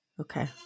Okay